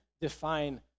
define